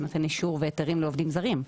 נותן אישור והיתרים לעובדים זרים.